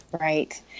Right